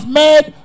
made